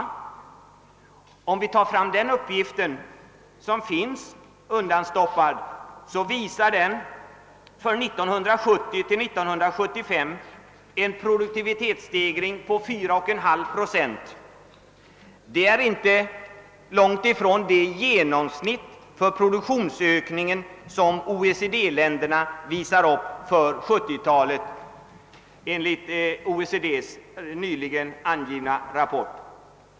Går vi till de uppgifterna visar det sig att produktivitetsstegringen 1970—1975 väntas bli 4,5 procent. Det är inte långt ifrån det genomsnitt för produktionsökningen som OECD-länderna uppvisar för 1970 talet, enligt OECD:s nyligen avgivna rapport.